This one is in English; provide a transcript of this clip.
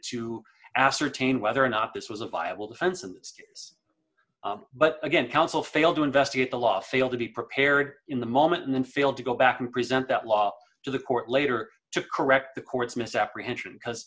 to ascertain whether or not this was a viable defense but again counsel failed to investigate the law failed to be prepared in the moment and then failed to go back and present that law to the court later to correct the court's misapprehension because